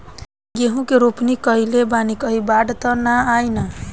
गेहूं के रोपनी कईले बानी कहीं बाढ़ त ना आई ना?